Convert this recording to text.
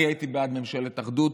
אני הייתי בעד ממשלת אחדות,